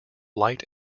light